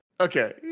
Okay